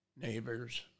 neighbors